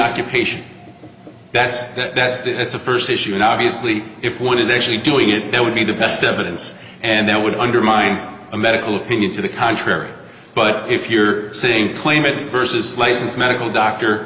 occupation that's at best it's a first issue an obviously if one is actually doing it it would be the best evidence and that would undermine a medical opinion to the contrary but if you're saying claimant versus licensed medical doctor